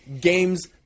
games